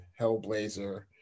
Hellblazer